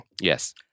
Yes